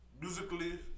musically